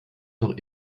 doch